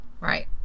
right